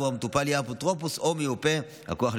המטופל יהיה האפוטרופוס או מיופה הכוח,